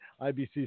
IBC